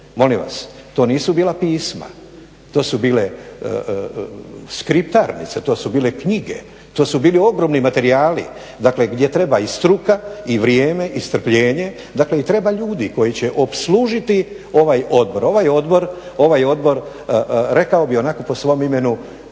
Molim vas to nisu bila pisma, to su bile skriptarnice, to su bile knjige, to su bili ogromni materijali dakle gdje treba i struka i vrijeme i strpljenje i treba ljudi koji će opslužiti ovaj odbor. Ovaj odbor rekao bih onako po svom imenu